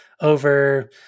over